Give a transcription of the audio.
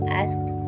asked